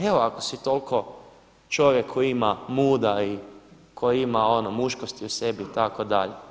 Evo ako si toliko čovjek koji ima muda i koji ima ono muškosti u sebi itd.